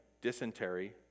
dysentery